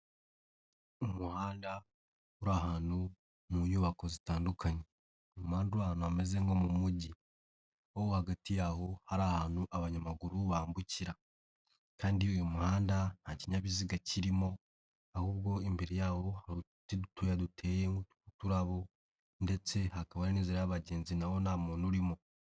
Umuhanda uri ahantu mu nyubako zitandukanye, umuhanda uri ahantu hameze nko mu mujyi wo hagati yaho hari ahantu abanyamaguru bambukira kandi uyu muhanda nta kinyabiziga kirimo, ahubwo imbere yawo hari uduti dutoya duteyeho uturabo ndetse hakaba n'inzira y'abagenzi nawo nta muntu urimo.